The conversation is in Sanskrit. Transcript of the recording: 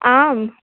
आम्